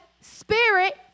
spirit